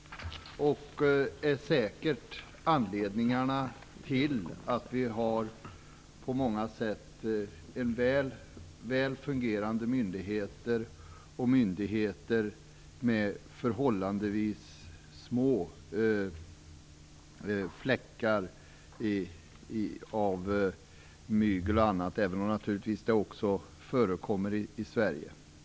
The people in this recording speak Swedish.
Det är säkert en av anledningarna till att vi har på många sätt väl fungerande myndigheter och myndigheter med förhållandevis små fläckar av mygel och annat, även om det naturligtvis också förekommer i Sverige.